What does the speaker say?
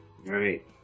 Right